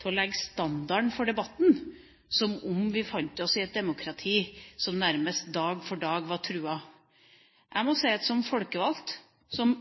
til å legge standarden for debatten, som om vi befant oss i et demokrati som nærmest dag for dag var truet. Jeg må si at som folkevalgt, som